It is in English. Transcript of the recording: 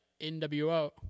NWO